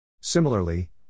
Similarly